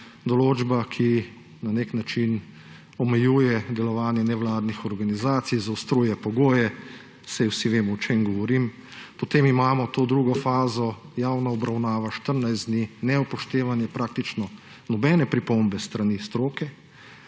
določba, ki na nek način omejuje delovanje nevladnih organizacij, zaostruje pogoje, saj vsi vemo, o čem govorim. Potem imamo tu drugo fazo, javna obravnava 14 dni, neupoštevanje praktično nobene pripombe s strani stroke.